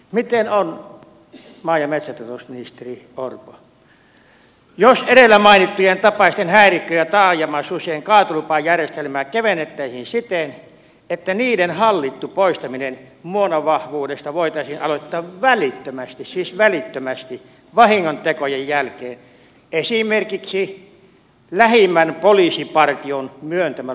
miten on maa ja metsätalousministeri orpo jos edellä mainittujen tapaisten häirikkö ja taajamasusien kaatolupajärjestelmää kevennettäisiin siten että niiden hallittu poistaminen muonavahvuudesta voitaisiin aloittaa välittömästi siis välittömästi vahingontekojen jälkeen esi merkiksi lähimmän poliisipartion myöntämällä luvalla